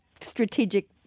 strategic